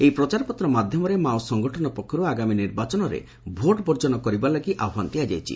ଏହି ପ୍ରଚାରପତ୍ର ମାଧ୍ଧମରେ ମାଓ ସଂଗଠନ ପକ୍ଷରୁ ଆଗାମୀ ନିର୍ବାଚନରେ ଭୋଟ୍ବର୍ଜନ କରିବାଲାଗି ଆହ୍ୱାନ ଦିଆଯାଇଛି